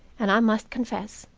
and, i must confess,